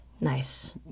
Nice